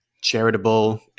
charitable